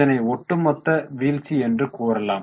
இதனை ஒட்டுமொத்த வீழ்ச்சி என்று கூறலாம்